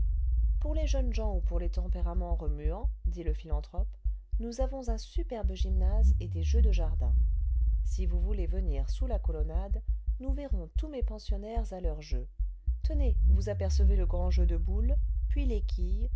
pour les jeunes gens ou pour les tempéraments remuants dit le philanthrope nous avons un superbe gymnase et des jeux de jardin si vous voulez venir sous la colonnade nous verrous tous mes pensionnaires à leurs jeux tenez vous apercevez le grand jeu de boules puis les